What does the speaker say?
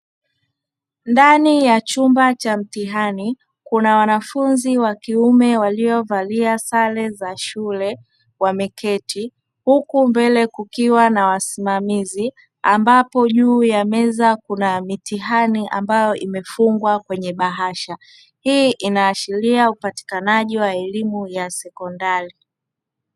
Ndani ya chumba cha mtihani kuna wanafunzi wa kiume waliovalia sare za shule, wameketi huku mbele kukiwa na wasimamizi ambapo juu ya meza kuna mitihani ambayo imefungwa kwenye bahasha; hii inaashiria upatikanaji wa elimu ya sekondari.